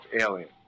Alien